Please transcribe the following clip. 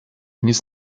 nic